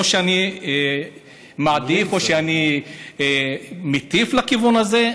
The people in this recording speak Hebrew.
לא שאני מעדיף או שאני מטיף לכיוון הזה,